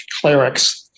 clerics